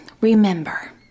Remember